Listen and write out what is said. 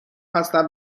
هستم